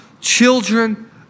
children